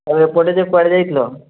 ତମେ ଏପଟେ ଯେ କୁଆଡ଼େ ଯାଇଥିଲ